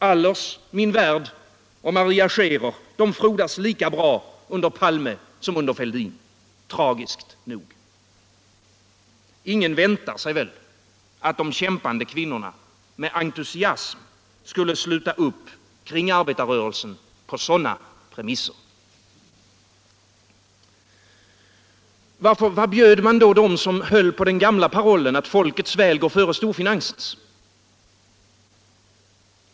Allers, Min värld och Maria Scherer frodas lika bra under Palme som under Fälldin — tragiskt nog. Ingen väntar sig väl att de kämpande kvinnorna med entusiasm skulle sluta upp kring arbetarrörelsen på sådana premisser. Vad bjöd man dem som höll på den gamla parollen att folkets väl går före storfinansens?